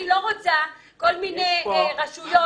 אני לא רוצה מבחני תמיכה ושמדינת ישראל